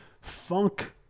funk